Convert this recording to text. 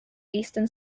eastern